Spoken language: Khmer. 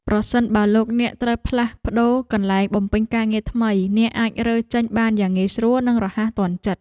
ប្រសិនបើលោកអ្នកត្រូវផ្លាស់ប្តូរកន្លែងបំពេញការងារថ្មី អ្នកអាចរើចេញបានយ៉ាងងាយស្រួលនិងរហ័សទាន់ចិត្ត។